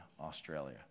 Australia